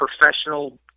professional